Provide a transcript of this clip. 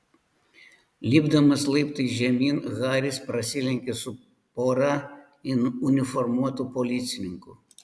lipdamas laiptais žemyn haris prasilenkė su pora uniformuotų policininkų